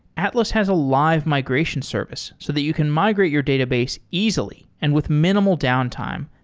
atlas has a live migration service so that you can migrate your database easily and with minimal downtime,